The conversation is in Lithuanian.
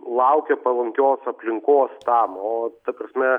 laukia palankios aplinkos tam o ta prasme